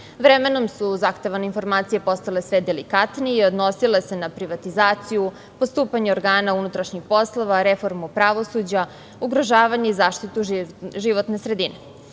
Vremenom su zahtevane informacije postale sve delikatnije i odnosile se na privatizaciju, postupanje organa unutrašnjih poslova, reformu pravosuđa, ugrožavanje i zaštitu životne